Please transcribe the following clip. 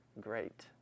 great